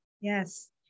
yes